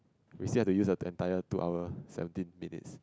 we still have to use the entire two hour seventeen minutes